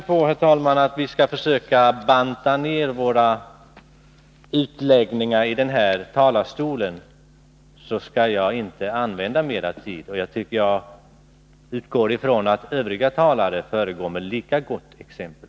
Med tanke på att vi skall försöka banta ner våra utläggningar i den här talarstolen så skall jag inte använda mera tid. Jag utgår ifrån att övriga talare föregår med lika gott exempel.